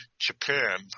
Japan